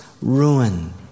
ruin